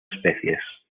especies